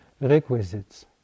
requisites